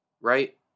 right